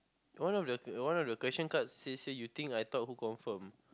one of the one of the question cards says here you think I thought who confirm